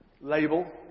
label